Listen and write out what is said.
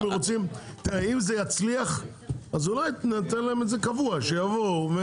אם זה יצליח, תן להם קבוע, שיבואו.